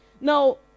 Now